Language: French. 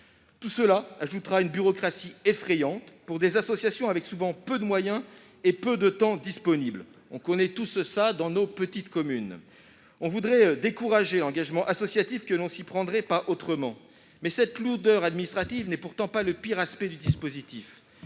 Tout cela engendrera une bureaucratie effrayante pour des associations qui ont souvent peu de moyens et peu de temps disponible. Nous connaissons tous cela dans nos petites communes. On voudrait décourager l'engagement associatif que l'on ne s'y prendrait pas autrement ... Cette lourdeur administrative n'est pourtant pas le pire aspect du dispositif